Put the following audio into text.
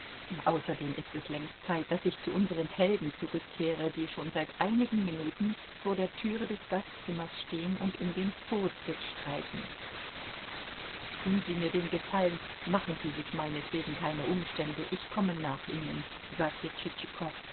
außerdem ist es längst zeit daß ich zu unseren helden zurückkehre die schon seit einigen minuten vor der türe des gastzimmers stehen und um den vortritt streiten tun sie mir den gefallen machen sie sich meinetwegen keine umstände ich komme nach ihnen sagte